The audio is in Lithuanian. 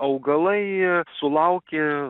augalai sulaukė